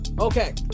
Okay